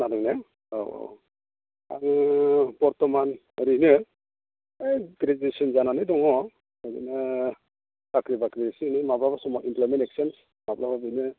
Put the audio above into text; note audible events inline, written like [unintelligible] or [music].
खोनादों ना औ औ आङो बर्थमान ओरैनो ग्रेजुवेसन जानानै दङ ओरैनो साख्रि बाख्रि एसे एनै माबा [unintelligible] माब्ला मोनो